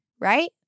right